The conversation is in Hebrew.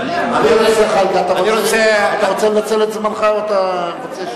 אתה רוצה לנצל את זמנך או אתה רוצה,